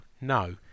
no